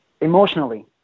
emotionally